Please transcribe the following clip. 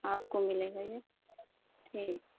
آپ کو ملے گا یہ ٹھیک